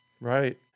Right